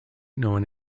known